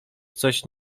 coś